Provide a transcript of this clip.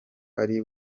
ari